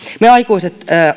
me aikuiset